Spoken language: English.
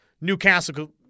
Newcastle